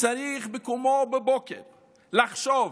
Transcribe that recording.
צריכים בקומם בבוקר לחשוב: